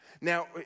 Now